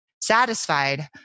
satisfied